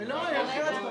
הרביזיה על